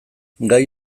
gai